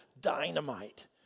dynamite